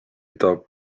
mida